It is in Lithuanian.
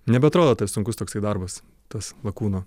nebeatrodo tai sunkus toksai darbas tas lakūno